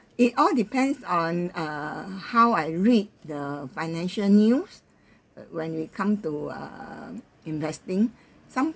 it all depends on uh how I read the financial news uh when it come to uh investing some